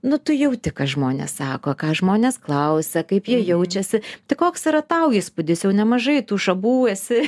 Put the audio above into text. nu tu jauti ką žmonės sako ką žmonės klausia kaip jie jaučiasi tai koks yra tau įspūdis jau nemažai tų šabų esi